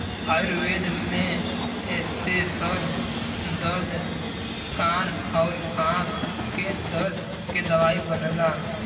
आयुर्वेद में एसे सर दर्द कान आउर आंख के दर्द के दवाई बनला